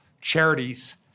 charities